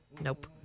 Nope